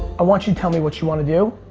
i want you to tell me what you wanna do,